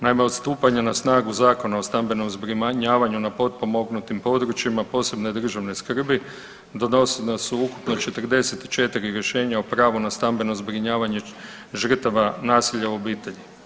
Naime, od stupanja na snagu Zakona o stambenom zbrinjavanju na potpomognutim područjima i područjima posebne državne skrbi donosena su ukupno 44 rješenja o pravu na stambeno zbrinjavanje žrtava nasilja u obitelji.